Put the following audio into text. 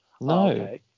No